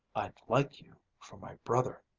i'd like you for my brother,